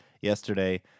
yesterday